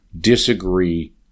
disagree